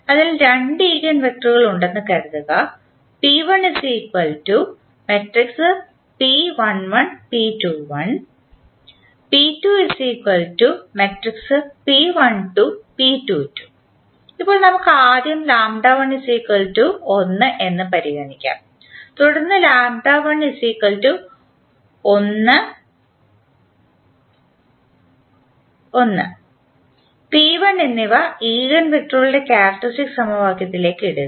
അതിനാൽ രണ്ട് ഈഗൻവെക്ടറുകളുണ്ടെന്ന് കരുതുക ഇപ്പോൾ നമുക്ക് ആദ്യം എന്ന് പരിഗണിക്കാം തുടർന്ന് എന്നിവ ഈഗൻവെക്ടറുകളുടെ ക്യാരക്ക്റ്ററിസ്റ്റിക് സമവാക്യത്തിലേക്ക് ഇടുക